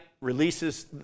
releases